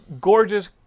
Gorgeous